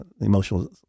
Emotional